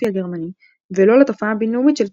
הגרמני ולא לתופעה הבינלאומית של טוטליטריזם.